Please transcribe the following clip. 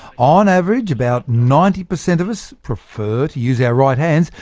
on average, about ninety per cent of us prefer to use our right hands,